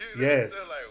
yes